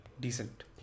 decent